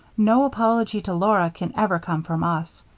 no apology to laura can ever come from us.